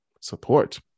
support